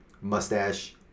mustache